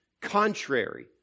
contrary